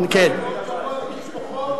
באופן עצמוני.